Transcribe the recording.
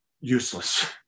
useless